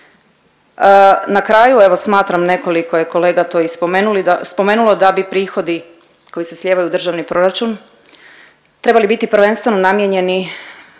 Na kraju, evo smatram, nekoliko je kolega to i spomenuli da, spomenulo da bi prihodi koji se slijevaju u državni proračun trebali biti prvenstveno namijenjeni